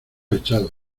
echado